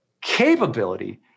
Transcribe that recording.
capability